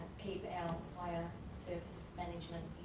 keep our fire service management